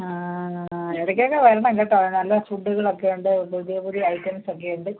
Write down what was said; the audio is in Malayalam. ആ ആ ആ ഇടയ്ക്കൊക്കെ വരണം കേട്ടോ നല്ല ഫുഡുകളൊക്കെയുണ്ട് പുതിയ പുതിയ ഐറ്റംസ് ഒക്കെയുണ്ട്